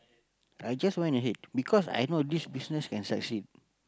I just went ahead because I know this business can succeed